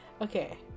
Okay